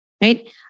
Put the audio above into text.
Right